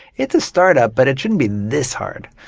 it's a startup but it shouldn't be this hard.